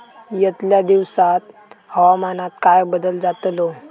यतल्या दिवसात हवामानात काय बदल जातलो?